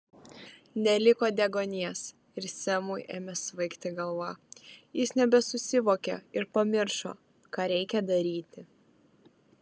neliko deguonies ir semui ėmė svaigti galva jis nebesusivokė ir pamiršo ką reikia daryti